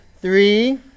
Three